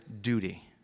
duty